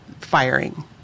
firing